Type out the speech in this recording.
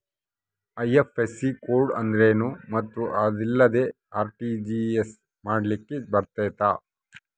IFSC code ಅಂದ್ರೇನು ಮತ್ತು ಅದಿಲ್ಲದೆ ಆರ್.ಟಿ.ಜಿ.ಎಸ್ ಮಾಡ್ಲಿಕ್ಕೆ ಬರ್ತೈತಾ?